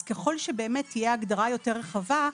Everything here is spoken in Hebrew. ככל שתהיה הגדרה יותר רחבה,